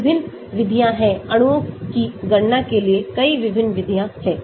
विभिन्न विधियाँ हैं अणुओं की गणना के लिए कई विभिन्न विधियाँ हैं